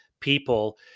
people